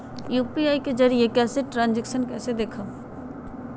UPI के जरिए कैल ट्रांजेक्शन कैसे देखबै?